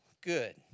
good